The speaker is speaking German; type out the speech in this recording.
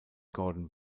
gordon